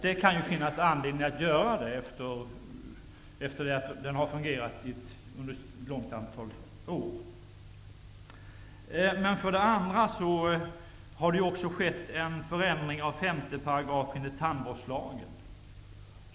Det kan finnas anledning att göra det, efter att den har fungerat under ett stort antal år. För det andra görs en ändring i 5 § i tandvårdslagen.